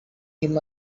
him